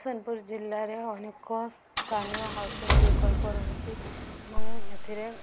ସୋନପୁର ଜିଲ୍ଲାରେ ଅନେକ ସ୍ଥାନୀୟ ହାଉସିଂ ବିକଳ୍ପ ରହିଛି ଏବଂ ଏଥିରେ